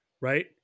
right